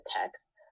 text